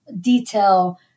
detail